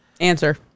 Answer